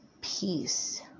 peace